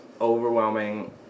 overwhelming